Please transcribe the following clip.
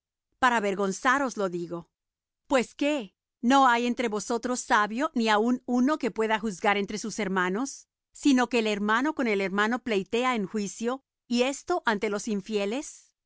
para avergonzaros lo digo pues qué no hay entre vosotros sabio ni aun uno que pueda juzgar entre sus hermanos sino que el hermano con el hermano pleitea en juicio y esto ante los infieles